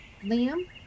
Liam